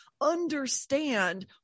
understand